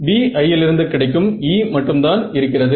BIலிருந்து கிடைக்கும் e மட்டும்தான் இருக்கிறது